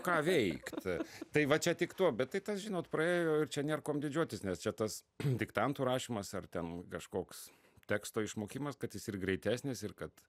ką veikt tai va čia tik tuo bet tai tas žinot praėjo ir čia nėr kuom didžiuotis nes čia tas diktantų rašymas ar ten kažkoks teksto išmokimas kad jis ir greitesnis ir kad